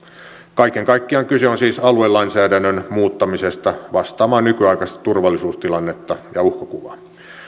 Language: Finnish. kaiken kaikkiaan kyse on siis aluelainsäädännön muuttamisesta vastaamaan nykyaikaista turvallisuustilannetta ja uhkakuvaa